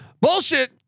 bullshit